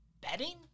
betting